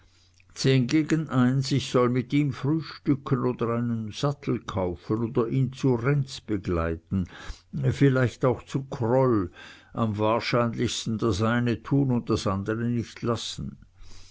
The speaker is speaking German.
zehn gegen eins ich soll mit ihm frühstücken oder einen sattel kaufen oder ihn zu renz begleiten vielleicht auch zu kroll am wahrscheinlichsten das eine tun und das andere nicht lassen